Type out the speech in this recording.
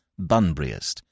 Bunburyist